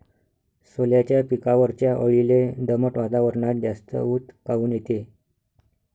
सोल्याच्या पिकावरच्या अळीले दमट वातावरनात जास्त ऊत काऊन येते?